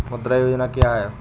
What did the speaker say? मुद्रा योजना क्या है?